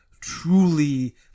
truly